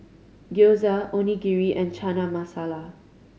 Gyoza Onigiri and Chana Masala